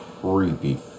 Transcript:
creepy